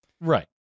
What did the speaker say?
Right